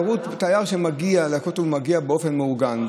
תייר שמגיע לכותל מגיע באופן מאורגן.